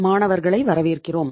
மாணவர்களை வரவேற்கிறோம்